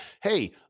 hey